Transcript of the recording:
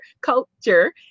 culture